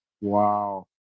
wow